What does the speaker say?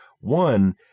One